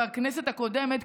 בכנסת הקודמת,